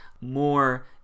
more